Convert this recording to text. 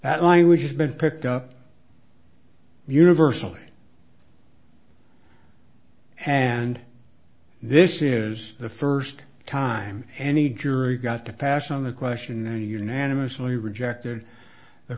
that language has been picked up universally and this is the first time any jury got to pass on the question and unanimously rejected the